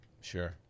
Sure